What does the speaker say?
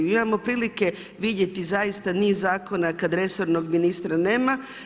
Imamo prilike vidjeti zaista niz zakona kada resornog ministra nema.